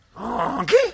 Okay